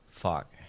fuck